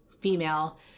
female